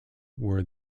were